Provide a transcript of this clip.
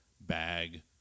bag